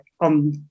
on